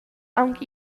aunc